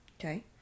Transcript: okay